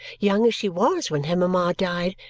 young as she was when her mama died,